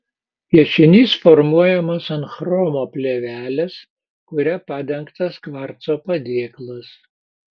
piešinys formuojamas ant chromo plėvelės kuria padengtas kvarco padėklas